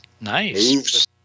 nice